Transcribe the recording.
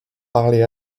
parlé